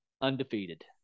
undefeated